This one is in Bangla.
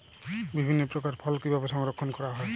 বিভিন্ন প্রকার ফল কিভাবে সংরক্ষণ করা হয়?